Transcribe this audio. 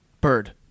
bird